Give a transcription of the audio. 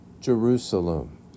Jerusalem